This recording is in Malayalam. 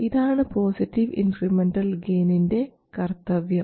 ഇതാണ് പോസിറ്റീവ് ഇൻക്രിമെൻറൽ ഗെയിനിൻറെ കർത്തവ്യം